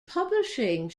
publishing